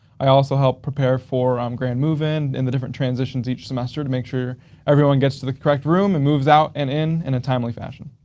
i also help prepare for um grand move-in in the different transitions each semester to make sure everyone gets to the correct room and moves out and in in a timely fashion.